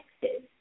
Texas